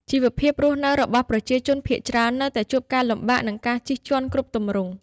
ជីវភាពរស់នៅរបស់ប្រជាជនភាគច្រើននៅតែជួបការលំបាក និងការជិះជាន់គ្រប់ទម្រង់។